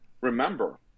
remember